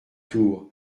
tour